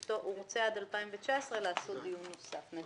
הוא רוצה עד 2019 לעשות דיון נוסף.